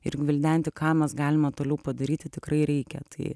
ir gvildenti ką mes galime toliau padaryti tikrai reikia tai